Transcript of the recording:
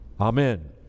Amen